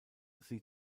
sie